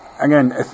Again